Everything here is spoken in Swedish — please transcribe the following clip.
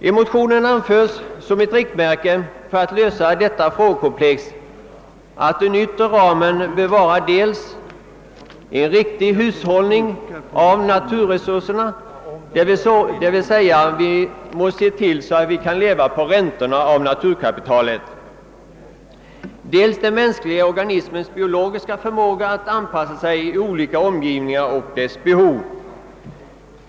I motionen anges som ett riktmärke för lösningen av frågekomplexet att den yttre ramen bör vara »dels en rik tig hushållning med naturresurserna, d.v.s. vi måste se till att vi lever på räntorna till naturkapitalet ———, dels den mänskliga organismens biologiska förmåga att anpassa sig i olika omgivningar och dess behov».